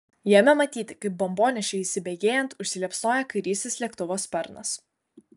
jame matyti kaip bombonešiui įsibėgėjant užsiliepsnoja kairysis lėktuvo sparnas